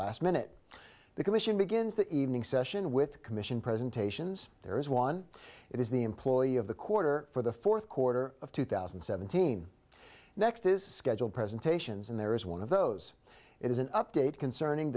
last minute the commission begins the evening session with commission presentations there is one it is the employee of the quarter for the fourth quarter of two thousand and seventeen next is scheduled presentations and there is one of those it is an update concerning